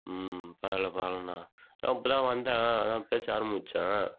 பரவாயில்ல பரவாயில்லண்ணா நான் இப்போ தான் வந்தேன் அதுதான் பேச ஆரமித்தேன்